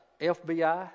FBI